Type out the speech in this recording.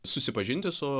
susipažinti su